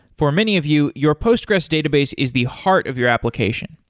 for many of you, your postgres database is the heart of your application.